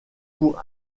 pour